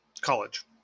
college